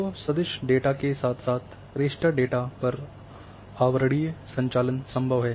तो सदिश डेटा के साथ साथ रास्टर डेटा पर आवरणीय संचालन संभव है